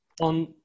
On